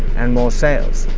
and more sales.